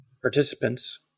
participants